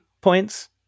points